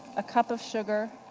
a cup of sugar,